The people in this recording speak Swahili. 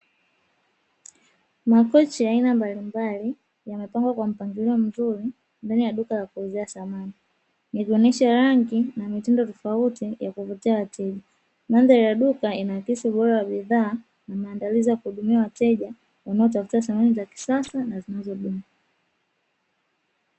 Makochi ya aina mbalimbali yamepangwa kwa mpangilio mzuri ndani ya duka la kuuzia thamani nikuonyesha rangi na mitindo tofauti ya kuvutia wateja. Mandhari ya duka inaakisi ubora wa bidhaa na maandalizi ya kuhudumia wateja wanaotafuta thamani za kisasa na zinazodumu.